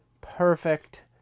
perfect